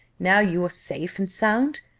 now you are safe and sound?